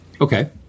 Okay